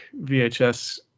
VHS